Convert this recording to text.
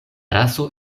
raso